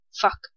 Fuck